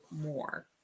more